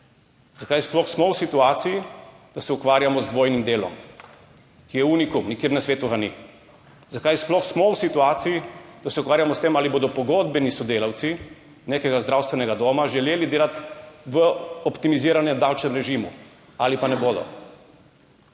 Zakaj sploh smo v situaciji, da se ukvarjamo z dvojnim delom, ki je unikum, nikjer na svetu ga ni, zakaj sploh smo v situaciji, da se ukvarjamo s tem, ali bodo pogodbeni sodelavci nekega zdravstvenega doma želeli delati v optimiziranem davčnem režimu ali pa ne bodo?